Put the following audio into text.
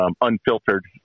unfiltered